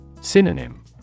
Synonym